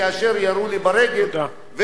ואני מקווה שבאמת באיזה שלב